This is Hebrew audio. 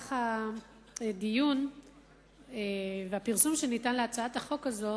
במהלך הדיון והפרסום שניתן להצעת החוק הזאת